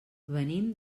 venim